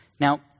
Now